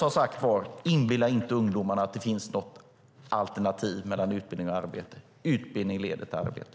Som sagt var: Inbilla inte ungdomarna att det finns något alternativ till utbildning och arbete. Utbildning leder till arbete.